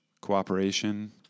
cooperation